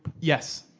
Yes